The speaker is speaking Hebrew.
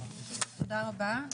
תודה רבה.